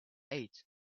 eight